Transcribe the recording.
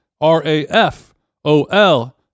R-A-F-O-L